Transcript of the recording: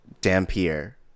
Dampier